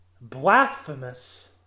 blasphemous